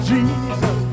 Jesus